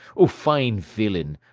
o fine villain!